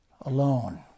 alone